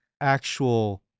actual